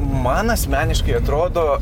man asmeniškai atrodo